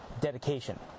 dedication